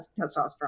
testosterone